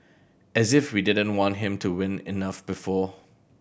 as if we didn't want him to win enough before